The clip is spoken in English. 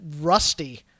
rusty